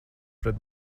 pret